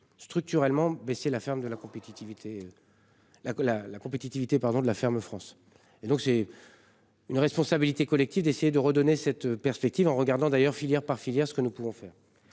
compétitivité. La la la compétitivité pardon de la ferme France. Et donc j'ai. Une responsabilité collective d'essayer de redonner cette perspective en regardant d'ailleurs filière par filière, ce que nous pouvons faire.